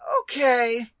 Okay